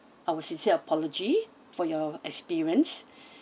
our sincere apology for your experience